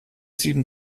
sieben